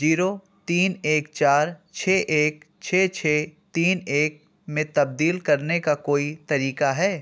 zero تین ایک چار چھ ایک چھ چھ تین ایک میں تبدیل کرنے کا کوئی طریقہ ہے